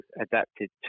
adapted